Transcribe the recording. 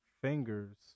fingers